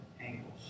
angles